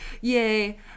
yay